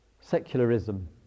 secularism